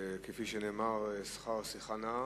כפי שנאמר, שכר שיחה נאה.